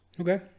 Okay